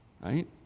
Right